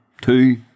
Two